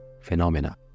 phenomena